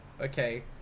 Okay